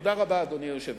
תודה רבה, אדוני היושב-ראש.